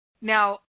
now